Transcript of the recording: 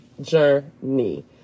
journey